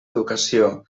educació